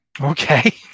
Okay